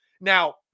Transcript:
Now